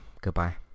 Goodbye